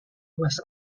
was